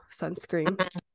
sunscreen